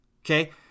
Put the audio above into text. okay